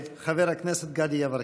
חבר הכנסת גדי יברקן.